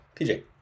PJ